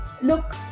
look